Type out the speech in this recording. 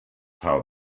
how